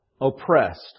oppressed